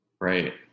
right